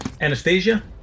Anastasia